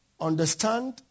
Understand